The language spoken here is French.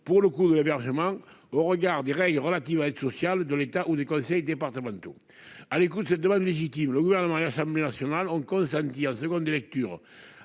pour le coup de l'hébergement au regard des règles relatives à l'aide sociale de l'État ou des conseils départementaux à l'écoute, cette demande légitime le gouvernement à l'Assemblée nationale en cause ça en seconde lecture,